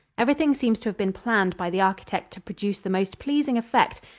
everything seems to have been planned by the architect to produce the most pleasing effect,